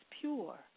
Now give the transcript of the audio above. pure